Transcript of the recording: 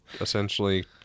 essentially